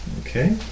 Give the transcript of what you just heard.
Okay